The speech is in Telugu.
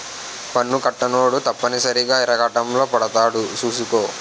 పన్ను కట్టనోడు తప్పనిసరిగా ఇరకాటంలో పడతాడు సూసుకో